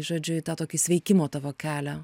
žodžiu į tą tokį sveikimo tavo kelią